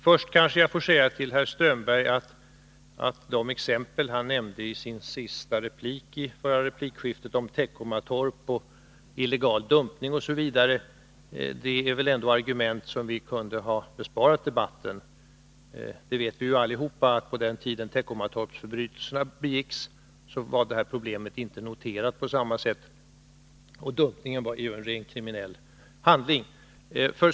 Först får jag kanske säga till herr Strömberg att de exempel som han nämnde i sin sista replik i förra replikskiftet — det gällde Teckomatorp, illegal dumpning m.m. — väl ändå är argument som vi kunde ha besparat debatten. Alla vet ju att på den tid då Teckomatorpsförseelserna begicks var det här problemet inte uppmärksammat på samma sätt som nu. Dumpningen var en rent kriminell handling.